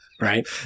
right